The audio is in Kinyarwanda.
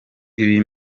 ibi